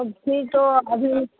अ भी तो अभी